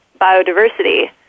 biodiversity